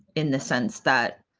in the sense that.